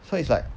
so it's like